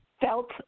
felt